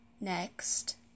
next